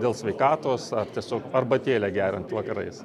dėl sveikatos ar tiesiog arbatėlę geriant vakarais